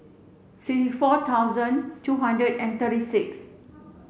sixty four thousand two hundred and thirty six